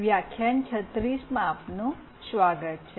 વ્યાખ્યાન 36માં આપનું સ્વાગત છે